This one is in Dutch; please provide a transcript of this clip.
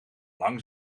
lang